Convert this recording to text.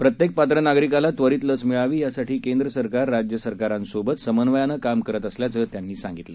प्रत्येक पात्र नागरिकाला त्वरीत लस मिळावी यासाठी केंद्र सरकार राज्य सरकारांसोबत समन्वयानं काम करत असल्याचं त्यांनी सांगितलं